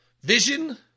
vision